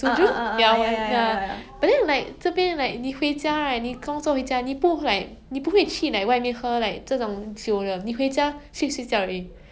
我不能 like relate but then for english right maybe 因为他们说英文也是 wen ye yi shi so it's like 我听了我会明白他们在说什么 ta men zai shuo shui yue shen me